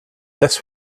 this